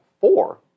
four